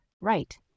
Right